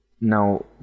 now